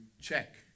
check